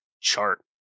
chart